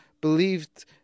believed